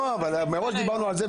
מראש דיברנו על זה.